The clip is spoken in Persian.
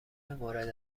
مورد